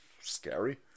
scary